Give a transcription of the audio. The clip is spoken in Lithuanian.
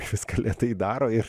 viską lėtai daro ir